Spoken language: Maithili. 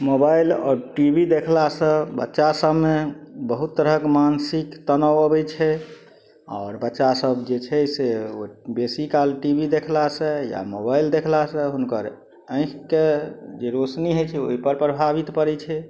मोबाइल आओर टी वी देखलासँ बच्चा सभमे बहुत तरहक मानसिक तनाव अबय छै आओर बच्चा सभ जे छै से ओ बेसीकाल टी वी देखलासँ या मोबाइल देखलासँ हुनकर आँखिके जे रोशनी होइ छै ओइपर प्रभावित पड़य छै